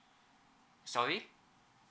sorry